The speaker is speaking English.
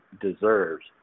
deserves